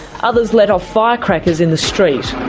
others let off firecrackers in the street.